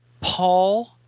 Paul